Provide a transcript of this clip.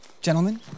Gentlemen